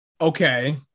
Okay